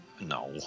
No